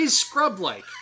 scrub-like